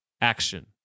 action